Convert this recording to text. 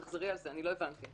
תחזרי על זה, אני לא הבנתי.